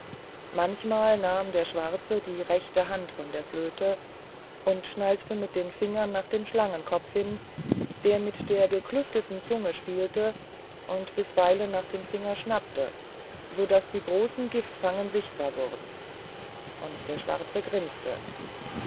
manchmal nahm der schwarze die rechte hand von der flöte und schnalzte mit den fingern nach dem schlangenkopf hin der mit der geklüfteten zunge spielte und bisweilen nach den fingern schnappte so daß die großen giftfangen sichtbar wurden und der schwarze grinste